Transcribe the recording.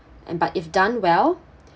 and but if done well